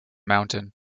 mountain